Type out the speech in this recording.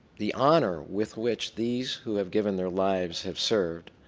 the honor with which these who have given their lives have served